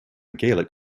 gaelic